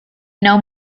know